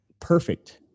perfect